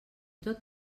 tot